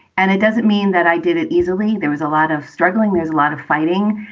and it doesn't mean that i did it easily. there was a lot of struggling. there's a lot of fighting.